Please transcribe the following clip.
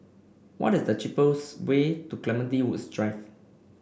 what is the cheapest way to Clementi Woods Drive